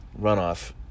Runoff